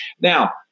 Now